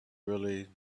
really